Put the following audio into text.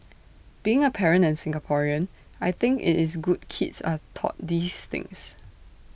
being A parent and Singaporean I think IT is good kids are taught these things